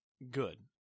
Good